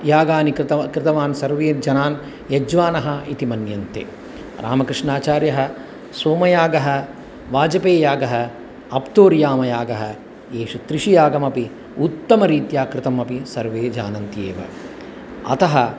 यागानि कृतवा कृतवान् सर्वे जनान् यज्वानः इति मन्यन्ते रामकृष्णाचार्यः सोमयागः वाजपेययागः अप्तोर्यामयागः एषु त्रिषु यागमपि उत्तमरीत्या कृतम् अपि सर्वे जानन्ति एव अतः